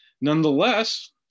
Nonetheless